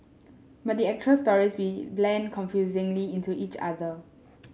but the actual stories blend confusingly into each other